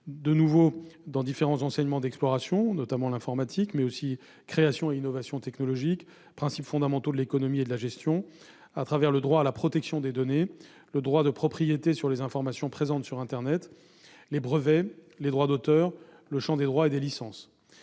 le cadre de différents enseignements d'exploration, comme l'informatique, la création et l'innovation technologiques, ou encore les principes fondamentaux de l'économie et de la gestion, à travers le droit à la protection des données, le droit de propriété sur les informations présentes sur internet, les brevets et les droits d'auteur et le champ des droits et des licences.